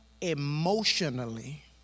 emotionally